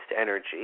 energy